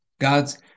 God's